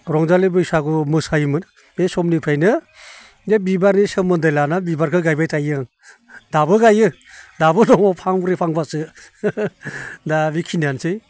रंजालि बैसागो मोसायोमोन बे समनिफ्रायनो बे बिबारनि सोमोन्दै लाना बिबारखो गायबाय थायो आं दाबो गायो दाबो दङ फांब्रै फांबासो दा बि खिनियानोसै